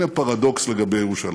הנה פרדוקס לגבי ירושלים: